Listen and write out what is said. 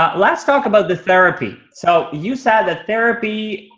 ah let's talk about the therapy. so you said that therapy.